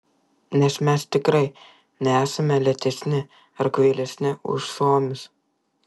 nes mes tikrai nesame lėtesni ar kvailesni už suomius